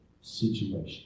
situation